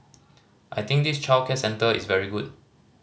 I think this childcare centre is very good